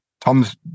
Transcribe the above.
Tom's